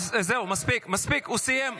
זהו, מספיק, מספיק, הוא סיים.